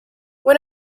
when